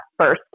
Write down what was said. first